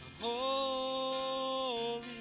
Holy